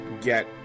get